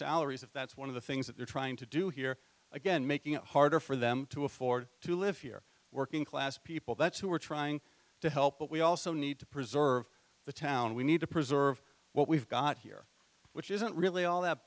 salaries if that's one of the things that they're trying to do here again making it harder for them to afford to live here working class people that's who we're trying to help but we also need to preserve the town we need to preserve what we've got here which isn't really all that